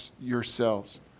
yourselves